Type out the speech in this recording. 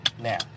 now